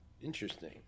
Interesting